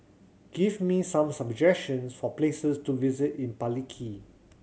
give me some suggestions for places to visit in Palikir